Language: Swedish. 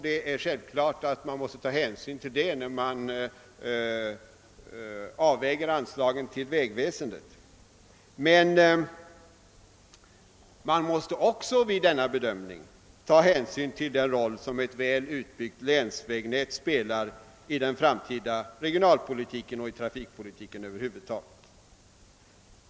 Det är självklart att man måste ta hänsyn härtill när man avväger anslagen till vägväsendet, men man måste också vid bedömningen ta hänsyn till den roll som ett väl utbyggt länsvägnät spelar i den framtida regionalpolitiken och i trafikpolitiken över huvud taget.